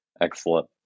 Excellent